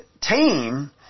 team